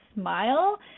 smile